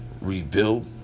rebuild